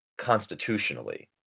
constitutionally